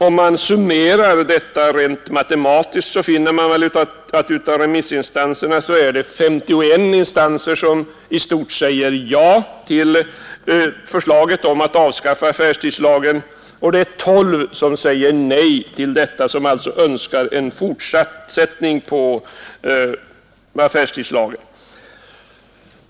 Om man summerar yttrandena rent matematiskt finner man att av remissinstanserna är det 51 som i stort säger ja till förslaget om att avskaffa affärstidslagen och 12 som säger nej och alltså önskar att affärstidslagen skall fortsätta att gälla.